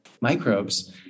microbes